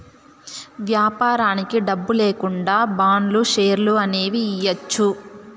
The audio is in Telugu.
వ్యాపారానికి డబ్బు లేకుండా బాండ్లు, షేర్లు అనేవి ఇయ్యచ్చు